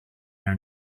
here